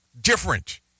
Different